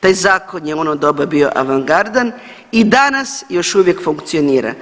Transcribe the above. Taj zakon je u ono doba bio avangardan i danas još uvijek funkcionira,